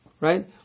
right